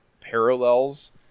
parallels